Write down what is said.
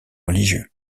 religieux